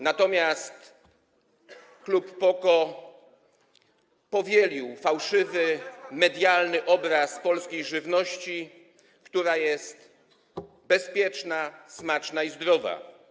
Natomiast klub PO-KO powielił fałszywy, medialny obraz polskiej żywności, która jest bezpieczna, smaczna i zdrowa.